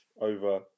over